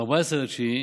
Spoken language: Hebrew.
ב-14 בספטמבר,